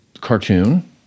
cartoon